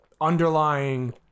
underlying